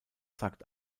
sagt